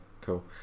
cool